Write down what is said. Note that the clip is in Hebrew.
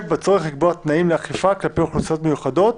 בצורך לקבוע תנאים לאכיפה כלפי אוכלוסיות מיוחדות,